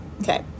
Okay